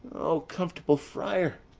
o comfortable friar!